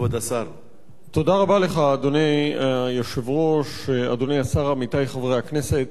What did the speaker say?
לכן, אדוני שר המשפטים,